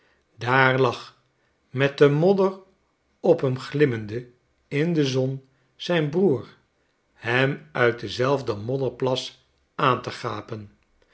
daar ag met de modder op m glimmende in de zon zijn broer hem uit denzelfden modderplas aan te gapen